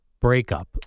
breakup